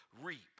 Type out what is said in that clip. reap